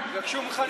יבקשו ממך למשוך אותו.